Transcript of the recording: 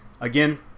again